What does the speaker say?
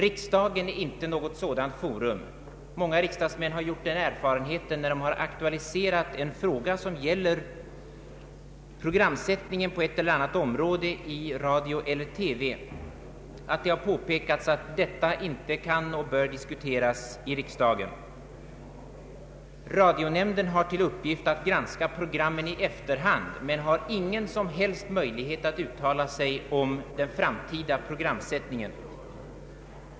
Riksdagen är inte något sådant forum. Många riksdagsmän har gjort den erfarenheten när de aktualiserat frågor som gäller programsättningen på ett eller annat område i radio eller TV, att det har påpekats att detta inte kan eller bör diskuteras i riksdagen. Radionämnden har till uppgift att diskutera programmen i efterhand men har inga som helst möjligheter att uttala sig om den framtida programsättningen.